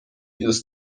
دوست